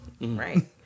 right